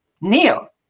Neil